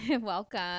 welcome